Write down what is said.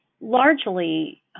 Largely